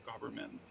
government